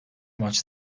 maç